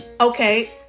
okay